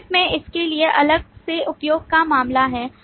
नेतृत्व में इसके लिए अलग से उपयोग का मामला है